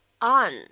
on